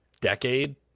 decade